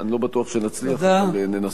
אני לא בטוח שנצליח, אבל ננסה.